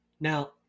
Now